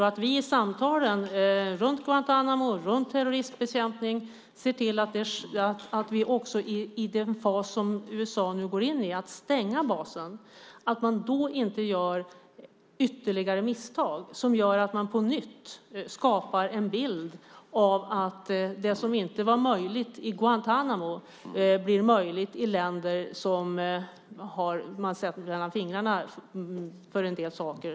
Och det är viktigt att vi i samtalen runt Guantánamo och runt terroristbekämpning ser till att det i den fas som USA nu går in i, när de stänger basen, inte görs ytterligare misstag som gör att det på nytt skapas en bild av att det som inte var möjligt i Guantánamo blir möjligt i länder där man har sett mellan fingrarna när det gäller en del saker.